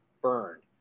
burned